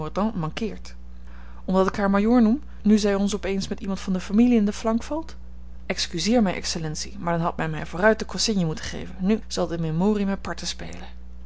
mankeert omdat ik haar majoor noem nu zij ons op eens met iemand van de familie in de flank valt excuseer mij excellentie maar dan had men mij vooruit de consigne moeten geven nu zal de memorie mij parten spelen